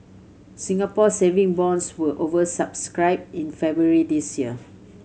Singapore Saving Bonds were over subscribed in February this year